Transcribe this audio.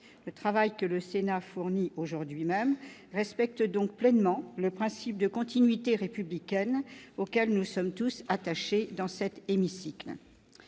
Le travail que le Sénat fournit aujourd'hui respecte donc pleinement le principe de continuité républicaine, auquel nous sommes tous attachés dans cet hémicycle.